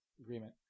agreement